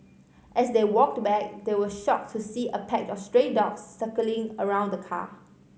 as they walked back they were shocked to see a pack of stray dogs circling around the car